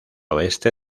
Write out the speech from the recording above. oeste